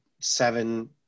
seven